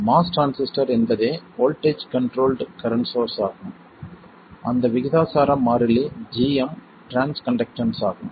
MOS transistor என்பதே voltage controlled current source ஆகும் அந்த விகிதாசார மாறிலி gm டிரான்ஸ் கண்டக்டன்ஸ் ஆகும்